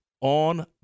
on